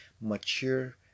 mature